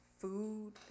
food